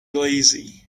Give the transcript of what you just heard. lazy